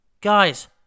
Guys